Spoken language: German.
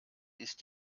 ist